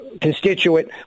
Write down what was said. constituent